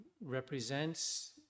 represents